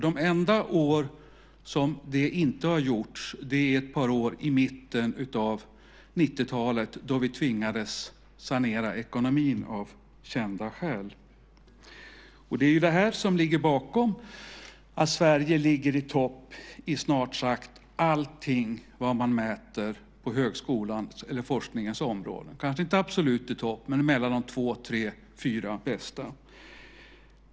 De enda år som det inte har gjorts är ett par år på mitten 90-talet då vi tvingades sanera ekonomin av kända skäl. Det är det här som ligger bakom att Sverige ligger i topp när det gäller snart sagt allt man mäter på högskolans eller forskningens område. Vi ligger kanske inte absolut i topp men bland de två-fyra bästa.